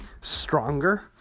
stronger